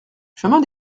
chemin